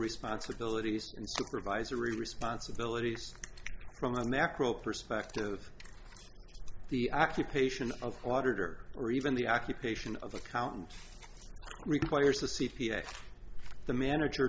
responsibilities and supervisory responsibilities from the nacro perspective the occupation of auditor or even the occupation of accountant requires a c p a the manager